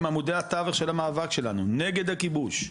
הם עמודי התווך של המאבק שלנו נגד הכיבוש,